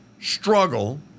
Struggle